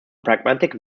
pragmatic